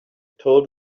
told